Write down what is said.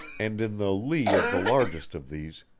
and in the lee of the largest of these,